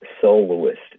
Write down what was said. soloist